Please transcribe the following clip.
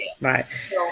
right